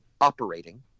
operating